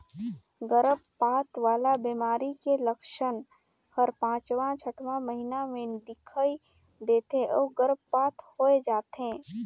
गरभपात वाला बेमारी के लक्छन हर पांचवां छठवां महीना में दिखई दे थे अउ गर्भपात होय जाथे